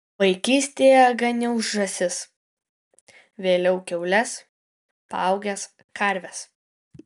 vaikystėje ganiau žąsis vėliau kiaules paaugęs karves